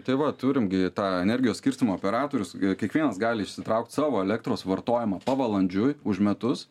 tai va turim gi tą energijos skirstymo operatorius kiekvienas gali išsitraukt savo elektros vartojimą pavalandžiui už metus